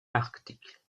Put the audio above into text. arctiques